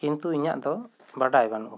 ᱠᱤᱱᱛᱩ ᱤᱧᱟᱹᱜ ᱫᱚ ᱵᱟᱰᱟᱭ ᱵᱟᱹᱱᱩᱜ ᱟᱠᱟᱫᱟ